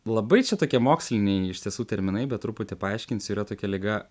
labai čia tokie moksliniai iš tiesų terminai bet truputį paaiškinsiu yra tokia liga